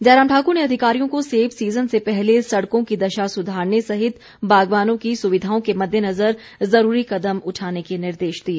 जयराम ठाक्र ने अधिकारियों को सेब सीजन से पहले सड़कों की दशा सुधारने सहित बागवानों की सुविधाओं के मददेनजर ज़रूरी कदम उठाने के निर्देश दिए